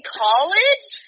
college